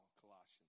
Colossians